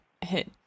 hit